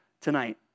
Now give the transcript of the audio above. tonight